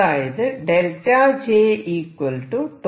അതായത് ΔJ 𝞃h